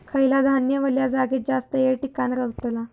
खयला धान्य वल्या जागेत जास्त येळ टिकान रवतला?